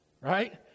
right